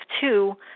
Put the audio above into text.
two